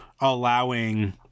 allowing